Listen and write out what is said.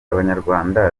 abanyarwanda